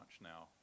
now